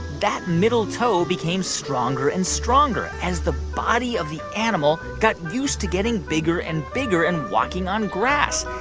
that middle toe became stronger and stronger as the body of the animal got used to getting bigger and bigger and walking on grass.